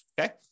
okay